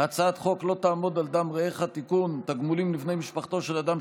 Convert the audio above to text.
אני קובע שהצעת החוק למניעת אלימות במשפחה (תיקון מס' 19,